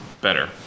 better